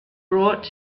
brought